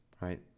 right